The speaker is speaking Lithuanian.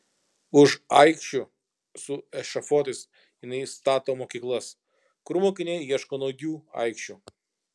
už aikščių su ešafotais jinai stato mokyklas kur mokiniai ieško naujų aikščių